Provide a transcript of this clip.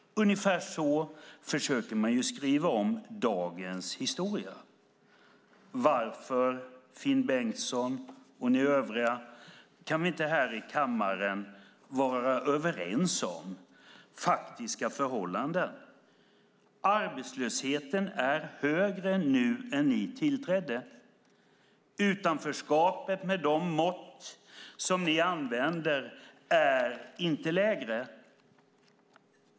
Ungefär så försöker man skriva om också dagens historia. Varför, Finn Bengtsson och ni övriga, kan vi inte här i kammaren vara överens om faktiska förhållanden? Arbetslösheten är högre nu än när ni tillträdde. Utanförskapet med de mått som ni använder är inte lägre.